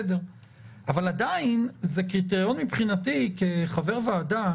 עדיין זה קריטריון מבחינתי כחבר ועדה